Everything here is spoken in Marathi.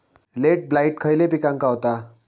लेट ब्लाइट खयले पिकांका होता?